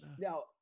Now